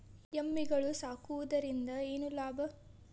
ಎಮ್ಮಿಗಳು ಸಾಕುವುದರಿಂದ ಏನು ಲಾಭ?